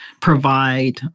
provide